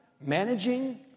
managing